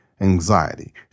anxiety